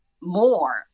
more